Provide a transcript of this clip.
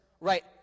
Right